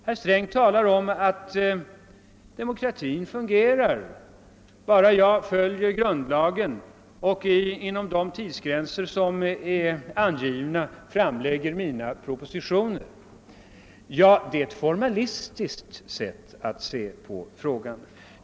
Herr Sträng anser att demokratin fungerar om han bara följer grundlagen och inom de tidsgränser som är angivna framlägger sina propositioner. Det är ett formalistiskt sätt att se på frågan.